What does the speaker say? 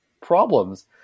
problems